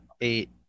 eight